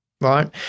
Right